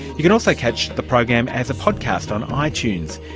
you can also catch the program as a podcast on ah itunes,